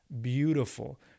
beautiful